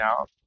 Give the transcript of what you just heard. out